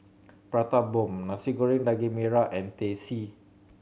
Prata Bomb Nasi Goreng Daging Merah and Teh C